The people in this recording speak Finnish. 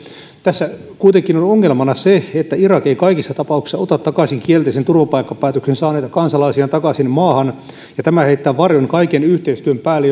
tässä kuitenkin on ongelmana se että irak ei kaikissa tapauksissa ota kielteisen turvapaikkapäätöksen saaneita kansalaisiaan takaisin maahan ja tämä heittää varjon kaiken yhteistyön päälle